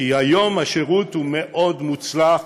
כי היום השירות הוא מאוד מוצלח,